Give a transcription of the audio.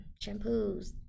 shampoos